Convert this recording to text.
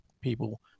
people